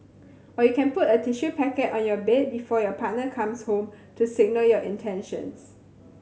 or you can put a tissue packet on your bed before your partner comes home to signal your intentions